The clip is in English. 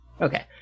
Okay